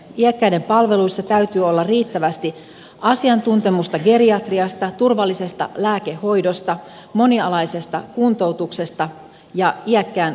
iäkkäiden palveluissa täytyy olla riittävästi asiantuntemusta geriatriasta turvallisesta lääkehoidosta monialaisesta kuntoutuksesta ja iäkkään suun terveydenhuollosta